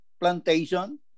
plantation